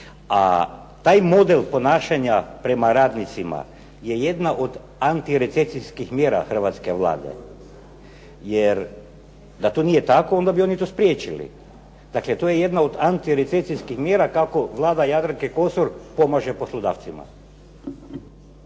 a taj model ponašanja prema radnicima je jedna od antirecesijskih mjera Hrvatske vlade, jer da to nije tako onda bi oni to spriječili, dakle to je jedna od antirecesijskih mjera kako Vlada Jadranke Kosor pomaže poslodavcima.